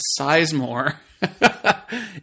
Sizemore